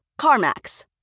CarMax